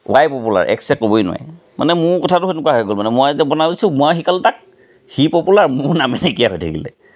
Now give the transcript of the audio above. ৱায়ে popular এক্সে ক'বই নোৱাৰে মানে মোৰ কথাটো সেনেকুৱা হৈ গ'ল মানে মই যে বনাইছোঁ মই শিকালোঁ তাক সি পপুলাৰ মোৰ নামেই নাইকিয়া হৈ থাকিলে